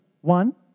One